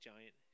Giant